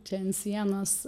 čia ant sienos